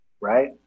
Right